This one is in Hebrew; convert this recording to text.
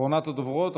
אחרונת הדוברות.